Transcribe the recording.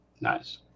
Nice